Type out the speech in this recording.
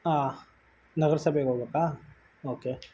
ಹಾಂ ನಗರಸಭೆಗೆ ಹೋಗ್ಬೇಕಾ ಓಕೆ